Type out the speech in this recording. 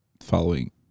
following